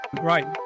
Right